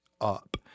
up